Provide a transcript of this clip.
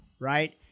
right